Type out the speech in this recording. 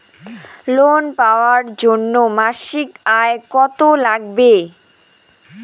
Loan পাবার জন্যে মাসিক আয় কতো লাগবে?